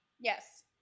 Yes